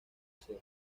hacer